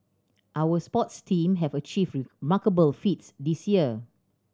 our sports team have achieved remarkable feats this year